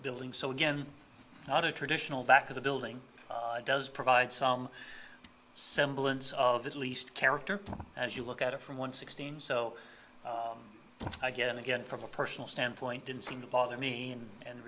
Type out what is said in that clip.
building so again not a traditional back of the building does provide some semblance of at least character as you look at it from one sixteenth so again and again from a personal standpoint didn't seem to bother me and